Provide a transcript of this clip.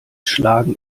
schlagen